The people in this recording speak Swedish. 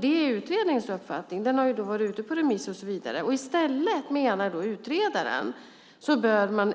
Det är uppfattningen i utredningen, som varit ute på remiss och så vidare. I stället bör man, menar utredaren,